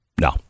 No